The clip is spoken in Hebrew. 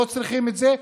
לא צריכים את זה,